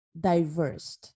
diverse